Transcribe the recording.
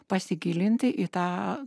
pasigilinti į tą